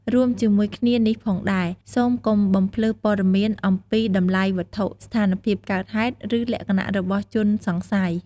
រួមជាមួយគ្នានេះផងដែរ សូមកុំបំភ្លើសព័ត៌មាន អំពីតម្លៃវត្ថុ ស្ថានភាពកើតហេតុ ឬលក្ខណៈរបស់ជនសង្ស័យ។